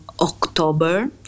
October